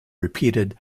repeated